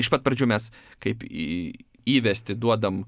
iš pat pradžių mes kaip į įvesti duodam